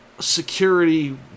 Security